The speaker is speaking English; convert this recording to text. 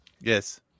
Yes